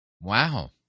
Wow